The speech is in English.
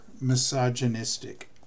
misogynistic